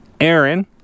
Aaron